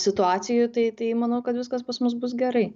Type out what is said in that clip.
situacijų tai tai manau kad viskas pas mus bus gerai